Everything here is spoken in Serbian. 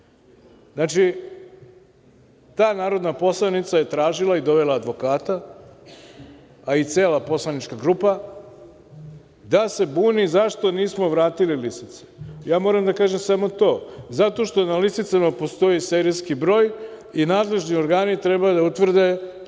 Znači, ta narodna poslanica je tražila i dovela je advokata, a i cela poslanička grupa da se buni zašto nismo vratili lisice. Moram da kažem samo to, zato što na lisicama postoji serijski broj i nadležni organi treba da utvrde